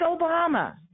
Obama